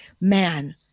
Man